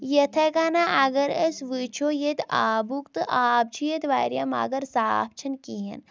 یِتھٕے کَنہٕ اَگر أسۍ وُچھو ییٚتہِ آبُک تہٕ آب چھُ ییٚتہِ واریاہ مَگر صاف چھُ نہٕ کِہینۍ